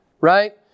right